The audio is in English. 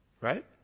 right